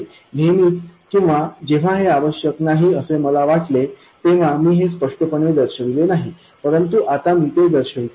नेहमीच किंवा जेव्हा हे आवश्यक नाही असे मला वाटले तेव्हा मी हे स्पष्टपणे दर्शविले नाही परंतु आता मी ते दर्शवितो